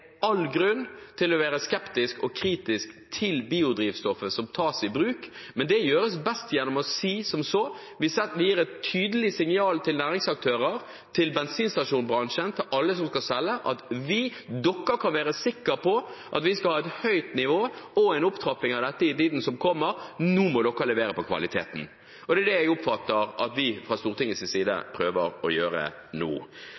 all grunn til å være skeptisk og kritisk til biodrivstoffet som tas i bruk, men det gjøres best gjennom å si som så: Vi gir et tydelig signal til næringsaktører, til bensinstasjonsbransjen, til alle som skal selge, at vi og dere kan være sikker på at vi skal ha et høyt nivå og en opptrapping av dette i tiden som kommer, og nå må dere levere på kvaliteten. Det er det jeg oppfatter at vi fra Stortingets side prøver å gjøre nå.